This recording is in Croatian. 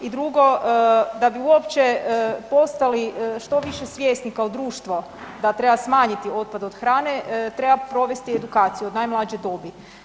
I drugo da bi uopće postali što više svjesni kao društvo da treba smanjiti otpad od hrane treba provesti edukaciju od najmlađe dobi.